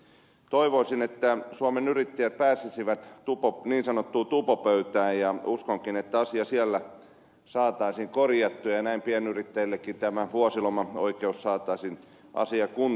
toivoisin että suomen yrittäjät pääsisi niin sanottuun tupopöytään ja uskonkin että asia siellä saataisiin korjattua ja näin pienyrittäjillekin tämä vuosilomaoikeusasia saataisiin kuntoon